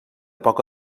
poca